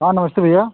हाँ नमस्ते भैया